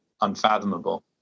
unfathomable